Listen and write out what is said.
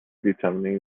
determining